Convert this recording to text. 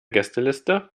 gästeliste